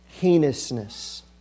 heinousness